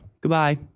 Goodbye